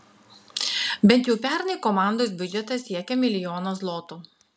bent jau pernai komandos biudžetas siekė milijoną zlotų